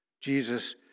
Jesus